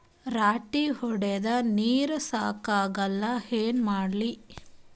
ರಾಟಿ ಹೊಡದ ನೀರ ಸಾಕಾಗಲ್ಲ ಏನ ಮಾಡ್ಲಿ?